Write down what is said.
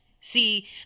See